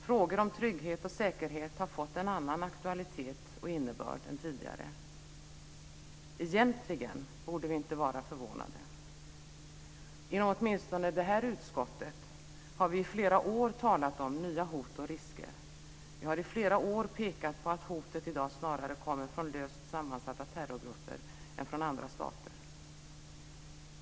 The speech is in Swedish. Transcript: Frågor om trygghet och säkerhet har fått en annan aktualitet och innebörd än tidigare. Egentligen borde vi inte vara förvånade. Inom åtminstone detta utskott har vi i flera år talat om nya hot och risker. Vi har i flera år pekat på att hotet i dag snarare kommer från löst sammansatta terrorgrupper än från andra stater.